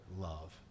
love